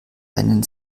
einen